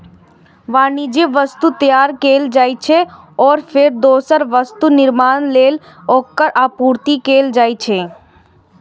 वाणिज्यिक वस्तु तैयार कैल जाइ छै, आ फेर दोसर वस्तुक निर्माण लेल ओकर आपूर्ति कैल जाइ छै